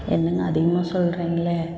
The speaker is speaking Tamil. என்னங்க அதிகமாக சொல்லுறீங்களே